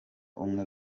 umwe